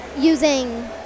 using